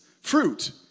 fruit